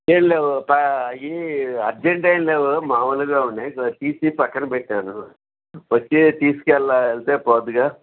ఏం లేవు అవి అర్జెంట్ ఏం లేవు మామూలుగా ఉన్నాయి సో అది తీసి పక్కన పెట్టాను వచ్చి తీసుకెళ్ళి తే పోద్దిగా